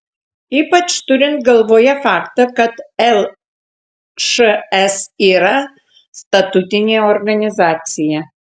ypač turint galvoje faktą kad lšs yra statutinė organizacija